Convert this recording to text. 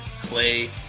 clay